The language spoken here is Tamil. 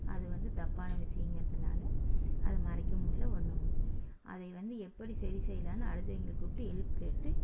அது வந்து தப்பான விஷயங்கறதுனால அதை மறைக்கவுமில்ல ஒன்றும் அதை வந்து எப்படி சரி செய்யலான்னு அடுத்தவங்கள கூப்பிட்டு ஹெல்ப் கேட்டு